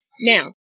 Now